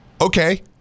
Okay